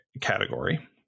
category